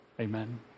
Amen